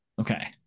Okay